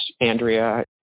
Andrea